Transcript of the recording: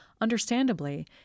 Understandably